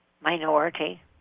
minority